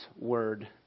word